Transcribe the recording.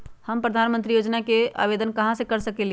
हम प्रधानमंत्री योजना के आवेदन कहा से कर सकेली?